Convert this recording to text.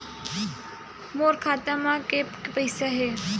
मोर खाता म के पईसा हे?